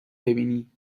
ببینی